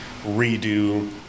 redo